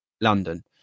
London